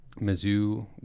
Mizzou